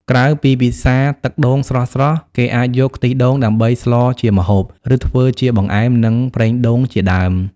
ក្រៅពីពិសាទឹកដូងស្រស់ៗ គេអាចយក ខ្ទិះដូង ដើម្បីស្លជាម្ហូប ឬធ្វើជា បង្អែម និង ប្រេងដូង ជាដើម។